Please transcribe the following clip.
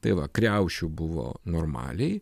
tai va kriaušių buvo normaliai